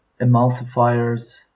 emulsifiers